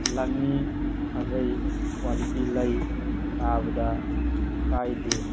ꯂꯪꯏ ꯐꯖꯩ ꯀ꯭ꯋꯥꯂꯤꯇꯤ ꯂꯩ ꯇꯥꯕꯗ ꯀꯥꯏꯗꯦ